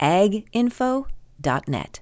aginfo.net